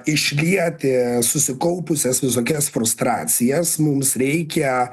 išlieti susikaupusias visokias frustracijas mums reikia